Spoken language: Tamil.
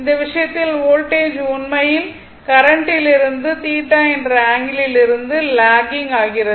இந்த விஷயத்தில் வோல்டேஜ் உண்மையில்I கரண்ட்டிலிருந்து θ என்ற ஆங்கிளிருந்து லாக்கிங் ஆகிறது